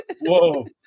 whoa